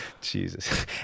Jesus